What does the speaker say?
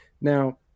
Now